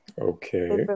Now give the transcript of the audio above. Okay